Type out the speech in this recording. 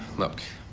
look.